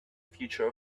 future